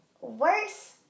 Worse